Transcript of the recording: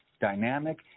dynamic